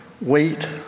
wait